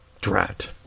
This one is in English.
Drat